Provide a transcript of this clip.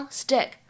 stick 。